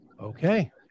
Okay